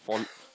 for